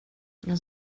jag